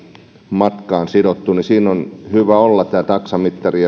matkaan sidottu niin siinä on hyvä olla taksamittari